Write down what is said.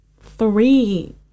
three